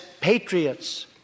patriots